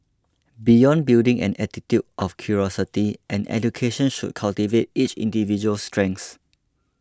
beyond building an attitude of curiosity an education should cultivate each individual's strengths